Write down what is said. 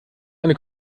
eine